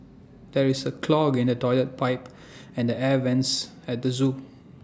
there is A clog in the Toilet Pipe and the air Vents at the Zoo